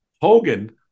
Hogan